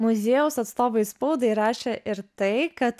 muziejaus atstovai spaudai rašė ir tai kad